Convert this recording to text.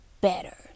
better